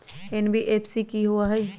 NBFC कि होअ हई?